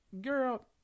girl